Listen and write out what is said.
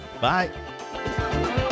Bye